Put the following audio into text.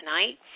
tonight